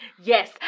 Yes